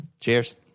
Cheers